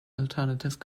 alternative